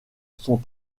sont